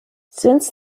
since